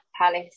Palace